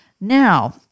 Now